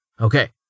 Okay